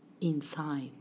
inside